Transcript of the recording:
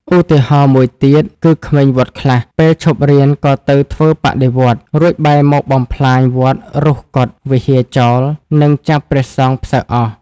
ឧទាហរណ៍មួយទៀត គឺក្មេងវត្តខ្លះ ពេលឈប់រៀនក៏ទៅធ្វើបដិវត្តន៍ រួចបែរមកបំផ្លាញវត្ត រុះកុដិ វិហារចោល និងចាប់ព្រះសង្ឃផ្សឹកអស់។